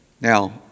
Now